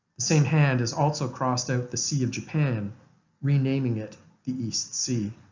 same hand has also crossed out the sea of japan renaming it the east sea.